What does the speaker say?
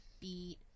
beat